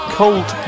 cold